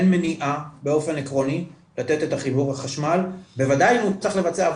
אין מניעה באופן עקרוני לתת את החיבור לחשמל בוודאי אם הוא צריך לבצע אם